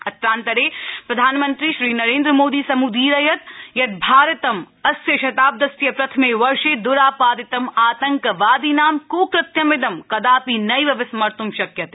अत्रान्तरे प्रधानमन्त्री श्रीनरेन्द्रमोदी सम्दीरयत् यत् भारतं अस्यशताब्दस्य प्रथमे वर्षे दुरापादितं आतंकवादिनां क्कृत्यमिदं कदापि नैव विस्मर्तु शक्यते